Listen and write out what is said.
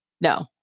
No